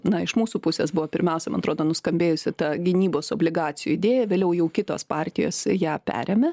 na iš mūsų pusės buvo pirmiausia man atrodo nuskambėjusi ta gynybos obligacijų idėja vėliau jau kitos partijos ją perėmė